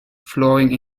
flowing